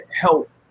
help